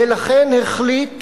ולכן החליט